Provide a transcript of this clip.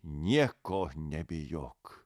nieko nebijok